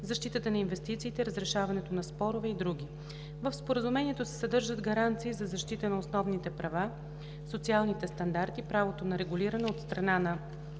защитата на инвестициите, разрешаването на спорове и други. В Споразумението се съдържат гаранции за защита на основните права, социалните стандарти, правото на регулиране от страна на